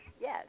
yes